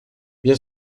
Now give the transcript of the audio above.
bien